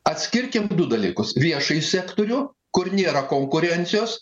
atskirkim du dalykus viešąjį sektorių kur nėra konkurencijos